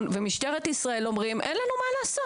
ומשטרת ישראל אומרים "אין לנו מה לעשות".